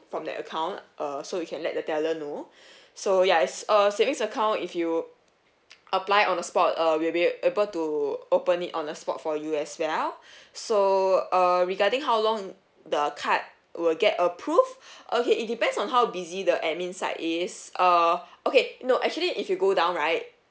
from that account uh so you can let the teller know so yes uh savings account if you apply on the spot uh we'll able to open it on the spot for you as well so err regarding how long the card will get approved okay it depends on how busy the admin side is uh okay no actually if you go down right